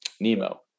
Nemo